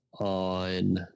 on